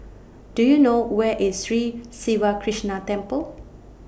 Do YOU know Where IS Sri Siva Krishna Temple